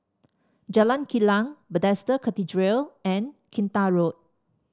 Jalan Kilang Bethesda Cathedral and Kinta Road